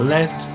Let